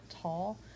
tall